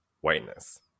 whiteness